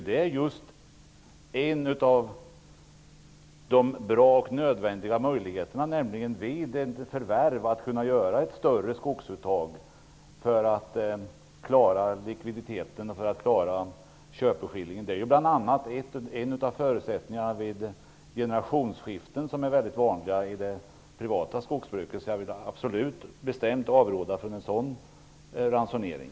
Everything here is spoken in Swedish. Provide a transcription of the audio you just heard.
Det är en av de bra och nödvändiga möjligheterna, nämligen att man kan göra ett större skogsuttag vid ett förvärv för att klara likviditeten och klara köpeskillingen. Det är en av förutsättningarna vid generationsskiften, som är mycket vanliga i det privata skogsbruket. Jag vill bestämt avråda från en sådan ransonering.